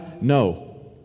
no